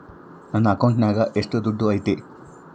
ನನ್ನ ಅಕೌಂಟಿನಾಗ ಎಷ್ಟು ದುಡ್ಡು ಐತಿ?